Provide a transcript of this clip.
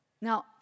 now